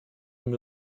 him